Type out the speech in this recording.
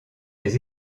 les